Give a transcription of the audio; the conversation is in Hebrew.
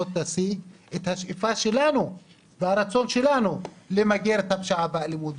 תשיג את השאיפה שלנו והרצון שלנו למגר את הפשיעה והאלימות.